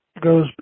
goes